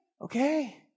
okay